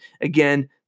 Again